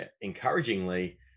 encouragingly